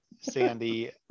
Sandy